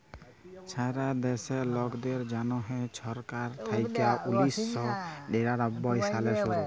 ছারা দ্যাশে লকদের জ্যনহে ছরকার থ্যাইকে উনিশ শ নিরানব্বই সালে শুরু